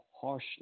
harshly